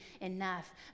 enough